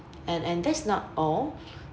and and that's not all